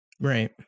Right